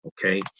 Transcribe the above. okay